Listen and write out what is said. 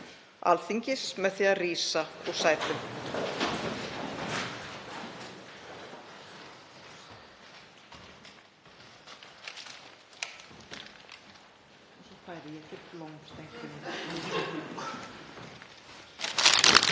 Alþingis með því að rísa úr sætum.